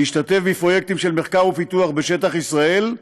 להשתתף בפרויקטים של מחקר ופיתוח בשטח ישראל,